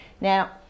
Now